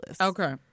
Okay